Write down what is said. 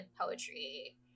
poetry